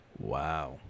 Wow